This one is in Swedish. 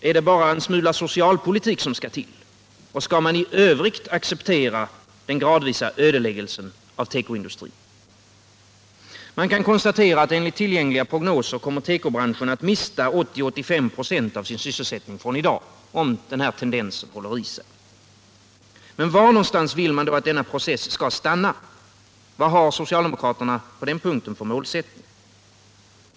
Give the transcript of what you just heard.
Är det bara en smula socialpolitik som skall till, och skall man i övrigt acceptera ödeläggelsen gradvis av tekoindustrin? Man kan konstatera att tekobranschen enligt tillgängliga prognoser kommer att mista 80-85 96 av den sysselsättning den har i dag, om den här tendensen håller i sig. Men var någonstans vill man då att denna process skall stanna? Vad har socialdemokraterna för mål på den punkten?